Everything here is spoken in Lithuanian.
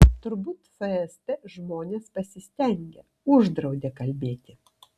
turbūt fst žmonės pasistengė uždraudė kalbėti